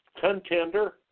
contender